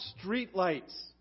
streetlights